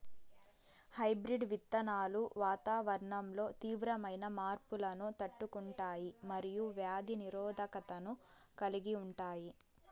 hybrid విత్తనాలు వాతావరణంలో తీవ్రమైన మార్పులను తట్టుకుంటాయి మరియు వ్యాధి నిరోధకతను కలిగి ఉంటాయి